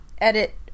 edit